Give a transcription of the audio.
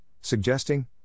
suggesting